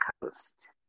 coast